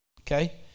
okay